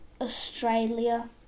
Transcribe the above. Australia